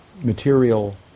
material